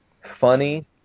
funny